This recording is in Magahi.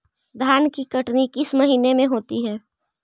धान की कटनी किस महीने में होती है?